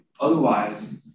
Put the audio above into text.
Otherwise